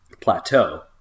plateau